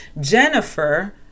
Jennifer